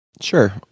sure